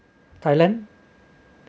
thailand